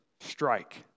strike